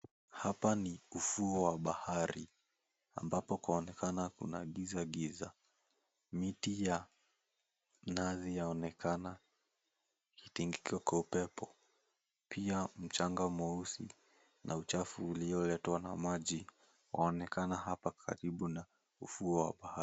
Hapa ni ufuo wa bahari ambapo kwaonekana kuna giza giza. Miti ya mnazi yaonekana ikitingika kwa upepo. Pia mchanga mweusi na uchafu ulioletwa na maji waonekana hapa karibu na ufuo wa bahari.